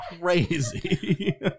crazy